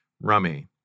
rummy